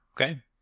okay